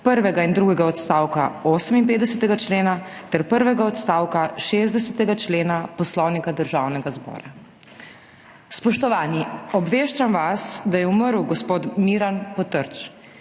prvega in drugega odstavka 58. člena ter prvega odstavka 60. člena Poslovnika Državnega zbora! Spoštovani, obveščam vas, da je umrl gospod Miran Potrč,